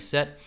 Set